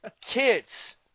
kids